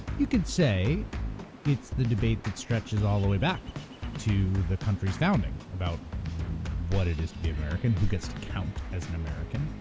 you could say it's the debate that stretches all the way back to the country's founding about what it is to be american, who gets to count as an american,